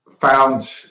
found